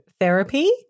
therapy